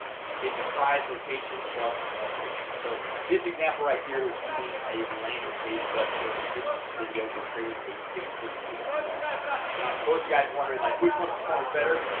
to get the price location plus more pictures so this example right here was using a landing page, but for this video we're creating a facebook lead form and for those you guys wondering like which one performs better?